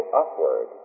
upward